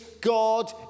God